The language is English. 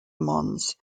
mons